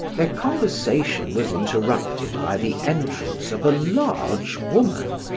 their conversation was interrupted by the entrance of a large woman,